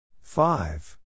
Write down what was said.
Five